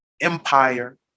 empire